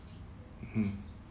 mmhmm